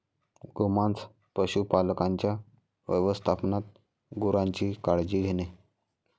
गोमांस पशुपालकांच्या व्यवस्थापनात गुरांची काळजी घेणे